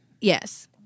Yes